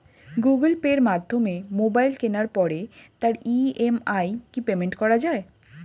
Google পের মাধ্যমে mobile কেনার পরে তার ই.এম.আই কি পেমেন্ট করা যায়?